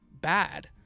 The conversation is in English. bad